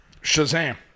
Shazam